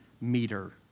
meter